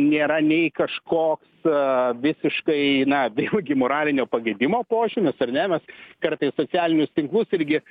nėra nei kažkoks visiškai na vėlgi moralinio pagedimo požymis ar ne mes kartais socialinius tinklus irgi